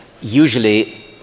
Usually